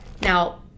Now